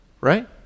right